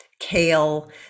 kale